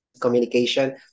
communication